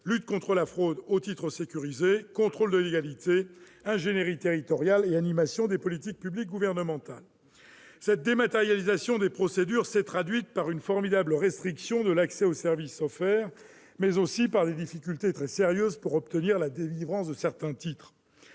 lutte contre la fraude aux titres sécurisés, contrôle de légalité, ingénierie territoriale et animation des politiques publiques gouvernementales. Cette dématérialisation des procédures s'est traduite par une formidable restriction de l'accès aux services offerts, mais aussi par des difficultés très sérieuses pour obtenir la délivrance de certains titres.